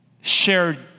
shared